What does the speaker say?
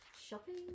Shopping